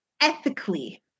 ethically